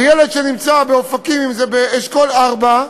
ילד שנמצא באופקים, אם זה באשכול 4,